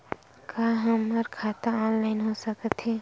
का हमर खाता ऑनलाइन हो सकथे?